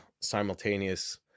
simultaneous